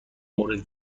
مورد